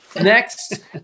Next